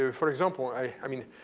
ah for example, i mean,